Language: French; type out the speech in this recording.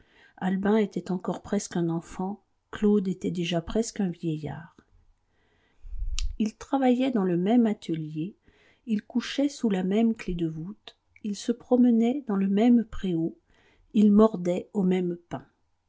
albin était encore presque un enfant claude était déjà presque un vieillard ils travaillaient dans le même atelier ils couchaient sous la même clef de voûte ils se promenaient dans le même préau ils mordaient au même pain